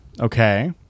Okay